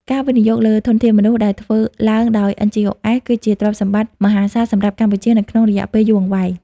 ការវិនិយោគលើធនធានមនុស្សដែលធ្វើឡើងដោយ NGOs គឺជាទ្រព្យសម្បត្តិមហាសាលសម្រាប់កម្ពុជានៅក្នុងរយៈពេលយូរអង្វែង។